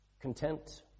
content